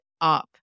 up